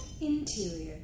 Interior